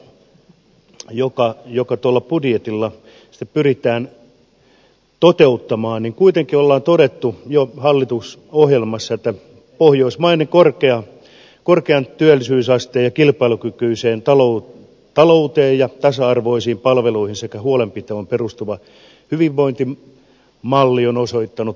tässä hallitusohjelmassa joka tuolla budjetilla pyritään toteuttamaan on kuitenkin todettu että pohjoismainen korkeaan työllisyysasteeseen kilpailukykyiseen talouteen ja tasa arvoisiin palveluihin sekä huolenpitoon perustuva hyvinvointimalli on osoittautunut parhaaksi yhteiskuntajärjestelmäksi